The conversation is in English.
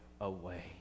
away